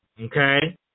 okay